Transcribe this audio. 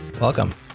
Welcome